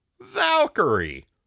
Valkyrie